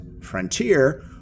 Frontier